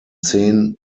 zehn